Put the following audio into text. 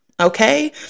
Okay